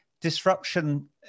disruption